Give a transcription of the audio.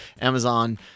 Amazon